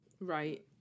Right